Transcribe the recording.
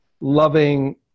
loving